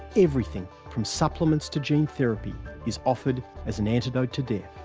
everything from supplements to gene therapy is offered as an antidote to death.